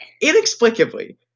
inexplicably